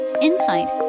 insight